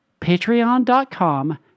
patreon.com